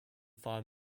five